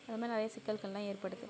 இந்தமாதிரி நிறையா சிக்கல்களெலாம் ஏற்படுது